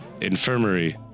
infirmary